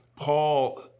Paul